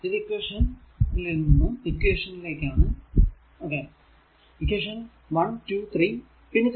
ഇത് ഇക്വേഷൻ ൽ നിന്നും ഇക്വേഷൻ ലേക്കാണ് ഇക്വേഷൻ 1 2 പിന്നെ 3